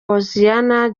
hoziyana